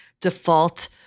default